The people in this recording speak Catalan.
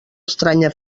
estranya